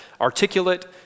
articulate